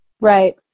Right